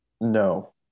No